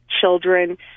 children